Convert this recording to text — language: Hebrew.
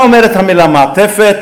מה אומרת המילה מעטפת?